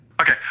Okay